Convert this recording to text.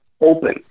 open